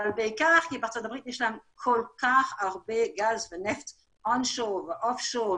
אבל בעיקר כי בארצות הברית יש כל כך הרבה גז ונפט עמוק ורדוד.